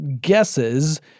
guesses